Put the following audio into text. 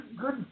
good